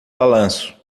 balanço